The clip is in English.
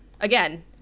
again